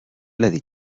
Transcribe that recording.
الذي